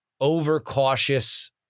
overcautious